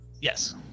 Yes